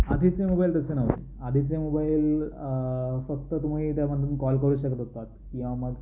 आधीचे मोबाईल तसे नव्हते आधीचे मोबाईल फक्त तुम्ही त्यामधून कॉल करू शकत होतात किंवा मग